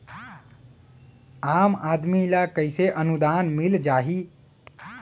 आम आदमी ल कइसे अनुदान मिल जाही?